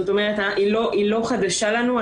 היא לא חדשה לנו.